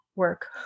work